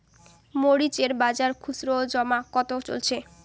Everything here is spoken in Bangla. মরিচ এর বাজার খুচরো ও জমা কত চলছে?